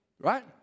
Right